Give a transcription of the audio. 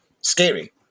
scary